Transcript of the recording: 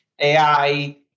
AI